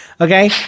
Okay